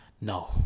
No